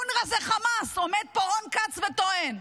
אונר"א זה חמאס, עומד פה רון כץ וטוען.